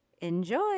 Enjoy